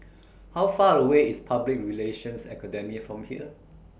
How Far away IS Public Relations Academy from here